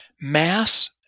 mass